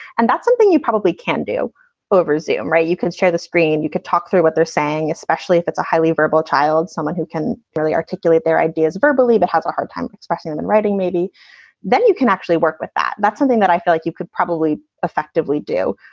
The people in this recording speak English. and that's something you probably can do over zoom. right. you can share the screen. you can talk through what they're saying, especially if it's a highly verbal child, someone who can really articulate their ideas verbally but has a hard time expressing and writing. maybe then you can actually work with that. that's something that i feel like you could probably effectively do,